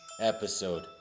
episode